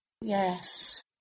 Yes